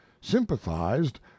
sympathized